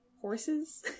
Horses